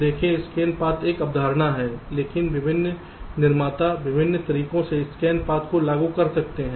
देखें स्कैन पथ एक अवधारणा है लेकिन विभिन्न निर्माता विभिन्न तरीकों से स्कैन पथ को लागू कर सकते हैं